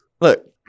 Look